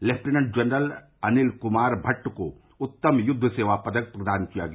lieutenant general Anil Kumar Bhatt को उत्तम युद्व सेवा पदक प्रदान किया गया